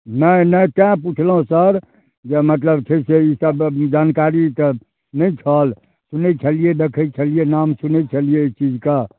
नहि नहि तैँ पुछ्लहुँ सर जे मतलब छै से ईसभ जानकारी तऽ नहि छल सुनै छलियै देखै छलियै नाम सुनै छलियै एहि चीजके